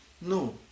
No